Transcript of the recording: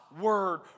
word